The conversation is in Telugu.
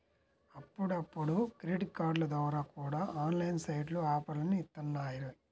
అప్పుడప్పుడు క్రెడిట్ కార్డుల ద్వారా కూడా ఆన్లైన్ సైట్లు ఆఫర్లని ఇత్తన్నాయి